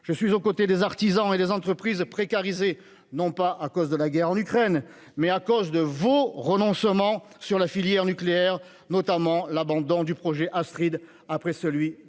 Je suis aux côtés des artisans et des entreprises précarisés, non pas à cause de la guerre en Ukraine, mais à cause de vos renoncements sur la filière nucléaire, notamment l'abandon du projet Astrid (), après celui de Superphénix.